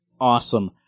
awesome